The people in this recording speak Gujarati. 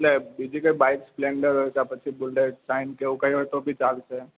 એટલે બીજી કોઈ બાઇક સ્પેલેન્ડર હોય કે પછી બુલેટ સાઇન કે એવું કંઈ હોય તો બી ચાલશે